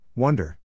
Wonder